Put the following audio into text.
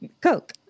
Coke